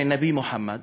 על הנביא מוחמד,